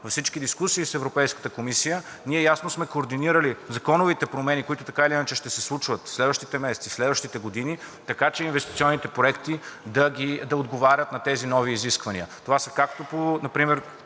във всички дискусии с Европейската комисия, ние ясно сме координирали законовите промени, които така или иначе ще се случват в следващите месеци, в следващите години, така че инвестиционните проекти да отговарят на тези нови изисквания. Това са – продължавам